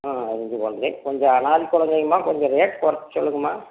ம் கொஞ்சம் அனாதை குழந்தைங்கம்மா கொஞ்சம் ரேட் குறைச்சி சொல்லுங்கம்மா